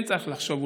כן צריך לחשוב,